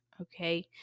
Okay